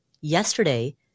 yesterday